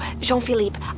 Jean-Philippe